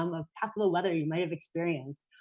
um of possible weather you might've experienced,